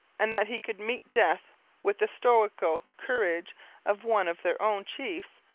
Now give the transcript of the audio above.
and that he could meet death with the stoical courage of one of their own chiefs,